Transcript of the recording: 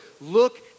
Look